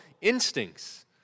instincts